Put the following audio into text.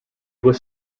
was